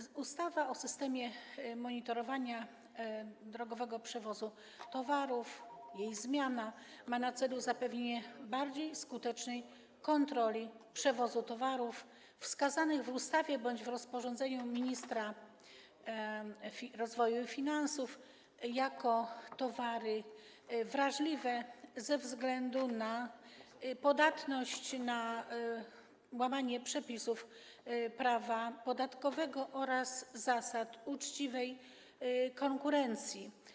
Zmiana ustawy o systemie monitorowania drogowego przewozu towarów ma na celu zapewnienie bardziej skutecznej kontroli przewozu towarów wskazanych w ustawie bądź rozporządzeniu ministra rozwoju i finansów jako towarów wrażliwych ze względu na podatność na łamanie przepisów prawa podatkowego oraz zasad uczciwej konkurencji.